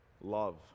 love